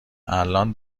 الان